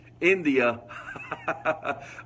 India